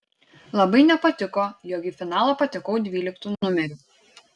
labai nepatiko jog į finalą patekau dvyliktu numeriu